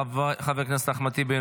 חבר הכנסת אחמד טיבי,